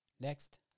next